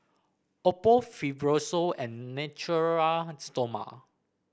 Oppo Fibrosol and Natura Stoma